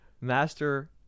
master